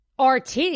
RT